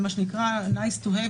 משהו שהוא Nice to have,